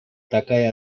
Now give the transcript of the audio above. такая